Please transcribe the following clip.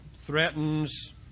Threatens